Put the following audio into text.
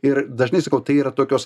ir dažnai sakau tai yra tokios